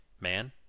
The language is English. man